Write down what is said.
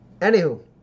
Anywho